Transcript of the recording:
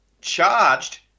charged